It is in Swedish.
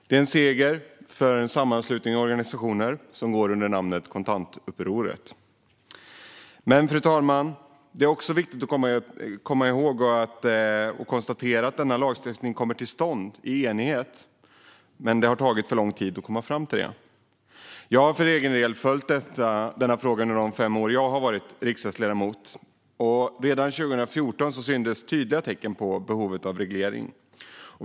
Det är en seger för den sammanslutning av organisationer som går under namnet Kontantupproret. Men, fru talman, det är också viktigt att komma ihåg och konstatera att denna lagstiftning, som nu kommer till stånd i enighet, har tagit för lång tid att komma fram till. Jag har för egen del följt denna fråga under de fem år jag har varit riksdagsledamot. Redan 2014 syntes tydliga tecken på behovet av reglering.